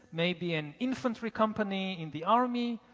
maybe an infantry company in the army,